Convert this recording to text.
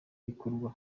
ikorwa